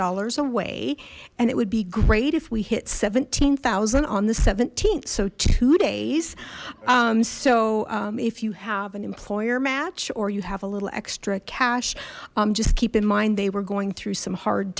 dollars away and it would be great if we hit seventeen zero on the seventeenth so two days so if you have an employer match or you have a little extra cash just keep in mind they were going through some hard